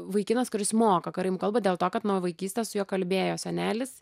vaikinas kuris moka karaimų kalbą dėl to kad nuo vaikystės su juo kalbėjo senelis